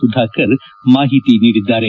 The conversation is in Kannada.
ಸುಧಾಕರ್ ಮಾಹಿತಿ ನೀಡಿದ್ದಾರೆ